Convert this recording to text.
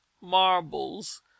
marbles